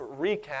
recap